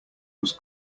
was